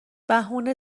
بهونه